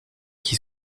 qui